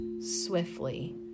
swiftly